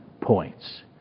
points